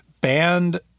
banned